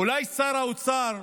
אולי שר האוצר,